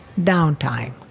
downtime